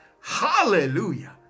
hallelujah